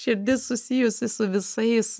širdis susijusi su visais